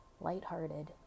lighthearted